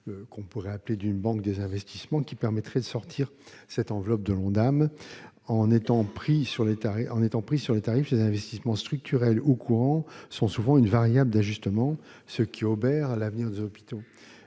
le principe d'une « banque des investissements », qui permettrait de sortir cette enveloppe de l'Ondam. Étant pris sur les tarifs, les investissements structurels ou courants sont souvent une variable d'ajustement, ce qui obère l'avenir des hôpitaux.